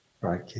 right